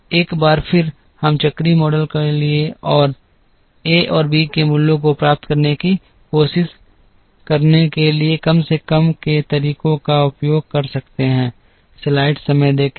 एक बार फिर हम चक्रीय मॉडल के लिए ए और बी के मूल्यों को प्राप्त करने की कोशिश करने के लिए कम से कम वर्ग के तरीकों का उपयोग कर सकते हैं